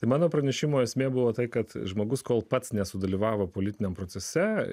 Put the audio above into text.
tai mano pranešimo esmė buvo tai kad žmogus kol pats nesudalyvavo politiniam procese